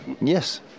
Yes